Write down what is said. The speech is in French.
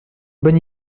bonne